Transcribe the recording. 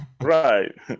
right